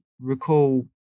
recall